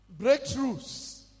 breakthroughs